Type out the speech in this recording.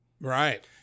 Right